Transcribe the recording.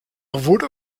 wurde